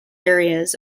areas